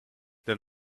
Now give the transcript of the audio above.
than